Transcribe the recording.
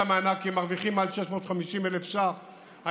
המענק כי הם מרוויחים מעל 650,000 שקל.